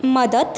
मदत